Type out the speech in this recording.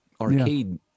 arcade